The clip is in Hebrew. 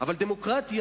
אותך,